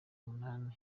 umunani